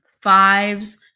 fives